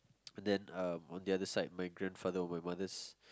then um on the other side my grandfather of my mother's